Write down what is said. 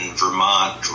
vermont